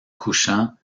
couchant